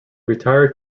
retired